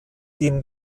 dem